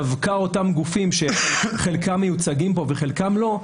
דווקא אותם גופים שחלקם מיוצגים פה וחלקם לא,